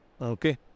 Okay